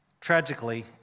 Tragically